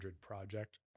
project